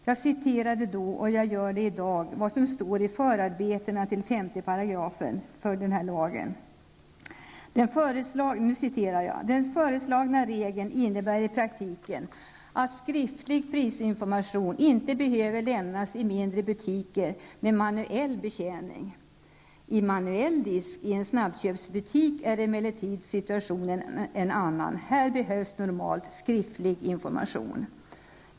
Jag citerade då, och jag gör det i dag, vad som står i förarbetena till 5 § i den här lagen: ''Den föreslagna regeln innebär i praktiken att skriftlig prisinformation inte behöver lämnas i mindre butiker med manuell betjäning. I manuell disk i snabbköpsbutik är emellertid situationen en annan. Här behövs normalt skriftlig information.''